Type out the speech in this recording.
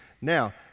Now